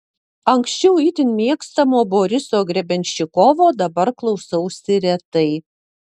anksčiau itin mėgstamo boriso grebenščikovo dabar klausausi retai